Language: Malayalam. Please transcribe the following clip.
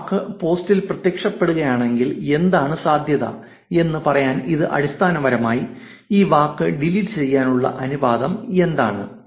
ഈ വാക്ക് പോസ്റ്റിൽ പ്രത്യക്ഷപ്പെടുകയാണെങ്കിൽ എന്താണ് സാധ്യത എന്ന് പറയാൻ ഇത് അടിസ്ഥാനപരമായി ഈ വാക്ക് ഡിലീറ്റ് ചെയ്യാനുള്ള അനുപാതം എന്താണ്